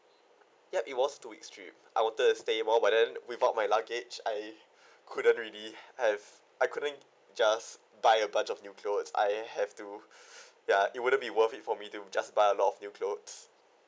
yup it was two weeks trip I wanted to stay more but then without my luggage I couldn't really I've I couldn't just buy a bunch of new cloth I have to ya it wouldn't be worth it for me to just buy a lot of new clothes